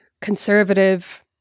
conservative